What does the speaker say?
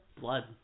blood